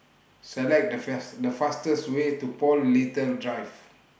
Select The fast The fastest Way to Paul Little Drive